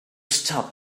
stop